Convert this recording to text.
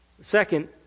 Second